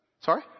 Sorry